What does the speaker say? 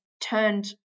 turned